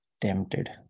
tempted